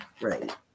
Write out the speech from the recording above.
Right